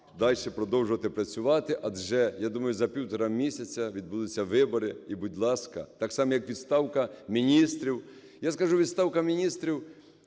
дальше продовжувати працювати. Адже, я думаю, за півтора місяця відбудуться вибори і, будь ласка. Так само, як відставка міністрів, я скажу, відставка міністрів